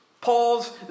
Paul's